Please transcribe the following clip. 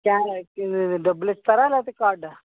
scanner లేదు డబ్బులిస్తారా లేదా కార్డా